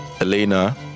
Elena